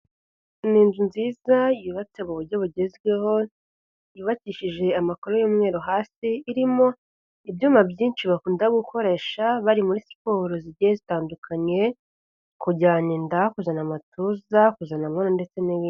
Ni inzu nziza yubatse mu buryo bugezweho, yubakishije amakaro y'umweru hasi, irimo ibyuma byinshi bakunda gukoresha bari muri siporo zigiye zitandukanye, kujyana inda, kuzana amatuza kuzana amabuno ndetse n'ibindi.